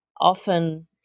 often